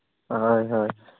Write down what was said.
ᱦᱳᱭ ᱦᱳᱭ